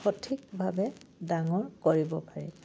সঠিকভাৱে ডাঙৰ কৰিব পাৰি